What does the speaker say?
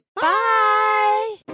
Bye